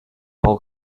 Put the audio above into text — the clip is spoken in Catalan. pel